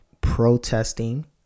protesting